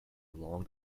along